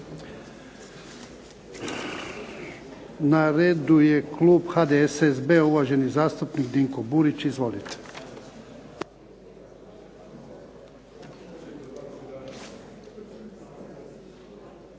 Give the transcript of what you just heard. Na redu je klub HDSSB-a, uvaženi zastupnik Dinko Burić. Izvolite.